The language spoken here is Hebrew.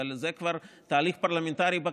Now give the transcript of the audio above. אבל זה כבר תהליך פרלמנטרי בכנסת.